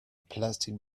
plastic